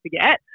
forget